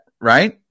right